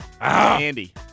Andy